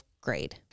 grade